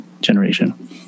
generation